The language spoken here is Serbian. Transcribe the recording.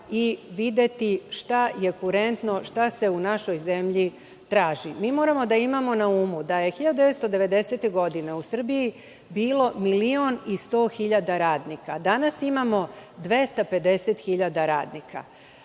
i videti šta je kurentno, šta se u našoj zemlji traži. Mi moramo da imamo na umu da je 1990. godine u Srbiji bilo milion i sto hiljada radnika. Danas imamo 250.000 radnika.